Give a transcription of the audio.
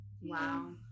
Wow